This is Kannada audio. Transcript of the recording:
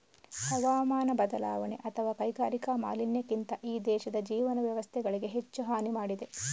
ಹವಾಮಾನ ಬದಲಾವಣೆ ಅಥವಾ ಕೈಗಾರಿಕಾ ಮಾಲಿನ್ಯಕ್ಕಿಂತ ಈ ದೇಶದ ಜೀವನ ವ್ಯವಸ್ಥೆಗಳಿಗೆ ಹೆಚ್ಚು ಹಾನಿ ಮಾಡಿದೆ